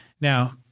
Now